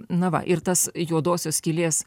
na va ir tas juodosios skylės